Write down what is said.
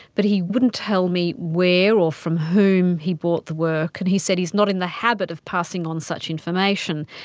but he wouldn't tell me where or from whom he bought the work and he said he's not in the habit of passing on such information.